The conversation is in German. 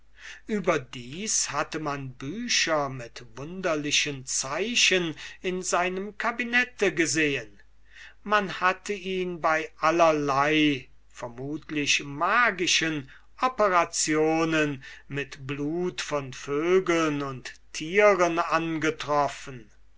überdem hatte man bücher mit wunderlichen zeichen in seinem cabinette gesehen man hatte ihn bei allerlei vermutlich magischen operationen mit blut von vögeln und tieren angetroffen